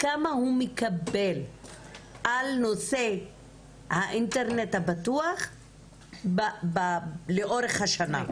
כמה הוא מקבל על נושא האינטרנט הבטוח לאורך השנה?